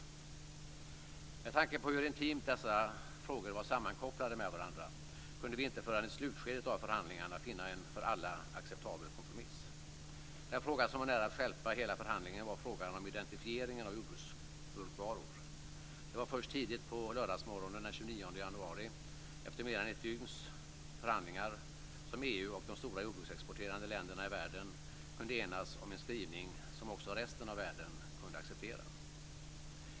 Med tanke på hur intimt dessa frågor var sammankopplade med varandra kunde vi inte förrän i slutskedet av förhandlingarna finna en för alla acceptabel kompromiss. Den fråga som var nära att stjälpa hela förhandlingen var frågan om identifieringen av jordbruksbulkvaror. Det var först tidigt på lördagsmorgonen den 29 januari, efter mer än ett dygns förhandlingar, som EU och de stora jordbruksexporterande länderna i världen kunde enas om en skrivning som också resten av världen kunde acceptera.